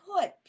put